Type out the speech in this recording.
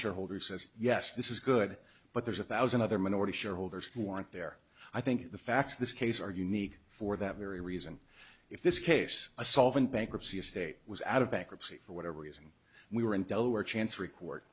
shareholder says yes this is good but there's a thousand other minority shareholders who want their i think the facts of this case are unique for that very reason if this case a solvent bankruptcy estate was out of bankruptcy for whatever reason we were in delaware chance record